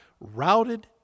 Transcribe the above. routed